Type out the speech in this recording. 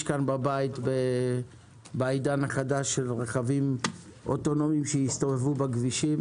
כאן בבית בעידן החדש של רכבים אוטונומיים שיסתובבו בכבישים.